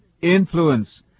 influence